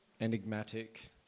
enigmatic